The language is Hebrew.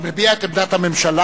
הוא מביע את עמדת הממשלה.